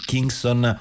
Kingston